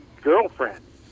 girlfriend